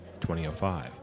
2005